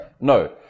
No